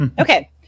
Okay